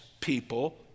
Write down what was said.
people